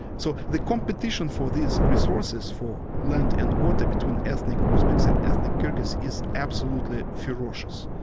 so the competition for these resources for land and water between ethnic uzbeks and ethnic kyrgyz is absolutely ferocious.